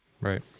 Right